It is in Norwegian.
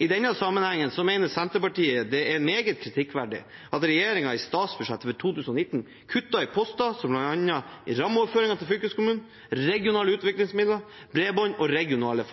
I denne sammenheng mener Senterpartiet det er meget kritikkverdig at regjeringen i statsbudsjett for 2019 kutter i poster som bl.a. rammeoverføring til fylkeskommunene, regionale utviklingsmidler, bredbånd og regionale